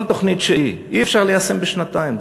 כל תוכנית שהיא אי-אפשר ליישם בשנתיים.